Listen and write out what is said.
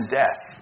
death